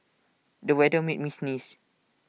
the weather made me sneeze